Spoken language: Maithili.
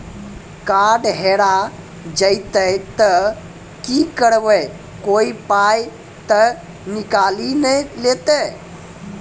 कार्ड हेरा जइतै तऽ की करवै, कोय पाय तऽ निकालि नै लेतै?